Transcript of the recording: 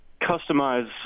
customize